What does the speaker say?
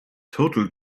total